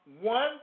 one